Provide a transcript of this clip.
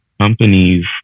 companies